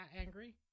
angry